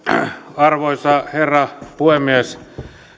arvoisa herra puhemies